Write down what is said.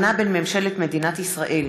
מאת חברי הכנסת משה גפני,